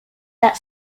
that